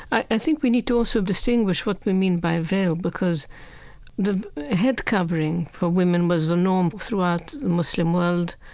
i think we need to also distinguish what we mean by veil, because the head covering for women was the norm throughout the muslim world,